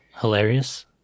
hilarious